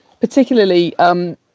particularly